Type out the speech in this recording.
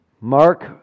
Mark